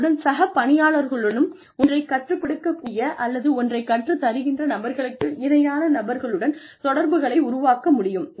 அத்துடன் சக பணியாளர்களுடனும் ஒன்றை கற்றுக் கொடுக்கக் கூடிய அல்லது ஒன்றை கற்று தருகின்ற நபர்களுக்கு இணையான நபர்களுடனும் தொடர்புகளை உருவாக்க முடியும்